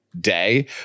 day